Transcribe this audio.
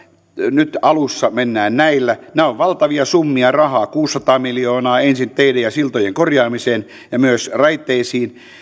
nyt alussa mennään näillä nämä ovat valtavia summia rahaa kuusisataa miljoonaa ensin teiden ja siltojen korjaamiseen ja myös raiteisiin